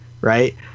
right